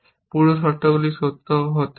পূর্ব শর্তাবলী সত্য হতে হবে